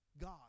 God